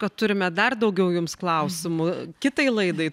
kad turime dar daugiau jums klausimų kitai laidai